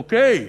אוקיי,